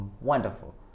wonderful